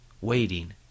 waiting